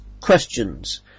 questions